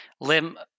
Lim